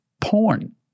porn